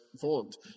formed